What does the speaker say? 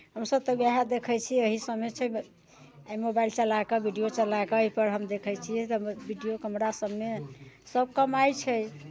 हमसभ तऽ उएह देखै छियै एहीसभमे छै आइ मोबाइल चला कऽ वीडियो चला कऽ एहिपर हम देखै छियै वीडियो कैमरासभमे सभ कमाइ छै